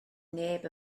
neb